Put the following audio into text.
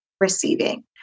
receiving